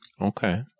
Okay